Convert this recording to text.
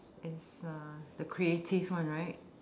is uh the creative one right